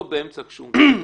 לא באמצע כשהוא מדבר.